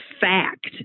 fact